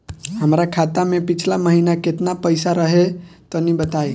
हमरा खाता मे पिछला महीना केतना पईसा रहे तनि बताई?